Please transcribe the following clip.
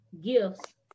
gifts